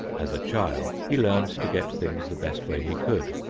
as a child he learned to get things the best way he could,